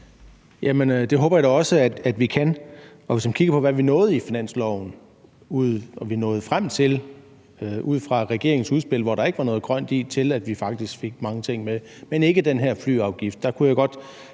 det håber jeg da også vi kan. Og hvis vi kan kigger på, hvad vi nåede i finansloven, og hvad vi nåede frem til ud fra et regeringsudspil, som der ikke var noget grønt i, så fik vi faktisk mange ting med – men ikke den her flyafgift.